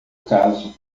caso